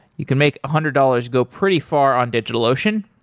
you can make a hundred dollars go pretty far on digitalocean.